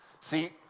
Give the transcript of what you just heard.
See